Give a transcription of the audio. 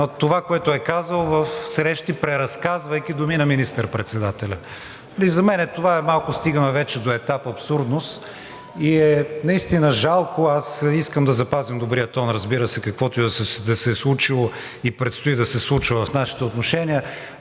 това, което е казал в срещи, преразказвайки думи на министър-председателя. За мен това е малко – стигаме вече до етап абсурдност, и е наистина жалко. Аз искам да запазим добрия тон, разбира се, каквото и да се е случило и предстои да се случва в нашите отношения,